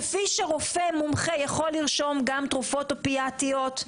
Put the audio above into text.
כפי שרופא מומחה יכול לרשום גם תרופות אופיאטיות,